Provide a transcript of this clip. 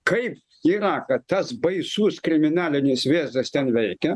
kaip yra kad tas baisus kriminalinis vėzdas ten veikia